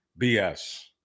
bs